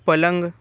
पलंग